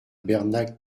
bernac